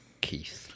Keith